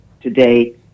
today